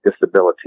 disability